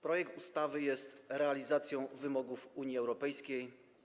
Projekt ustawy jest realizacją wymogów Unii Europejskiej.